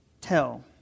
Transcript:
tell